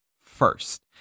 first